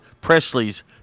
Presley's